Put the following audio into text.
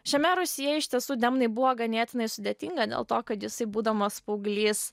šiame rūsyje iš tiesų demnai buvo ganėtinai sudėtinga dėl to kad jisai būdamas paauglys